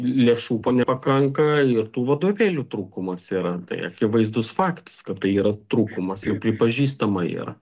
lėšų nepakanka ir tų vadovėlių trūkumas yra tai akivaizdus faktas kad tai yra trūkumas jau pripažįstama yra